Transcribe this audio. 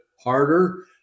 harder